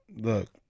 look